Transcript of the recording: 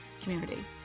community